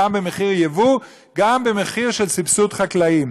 גם במחיר יבוא וגם במחיר של סבסוד חקלאים.